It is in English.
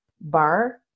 bar